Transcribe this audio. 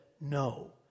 no